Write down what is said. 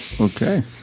Okay